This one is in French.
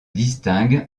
distingue